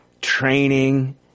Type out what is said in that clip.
training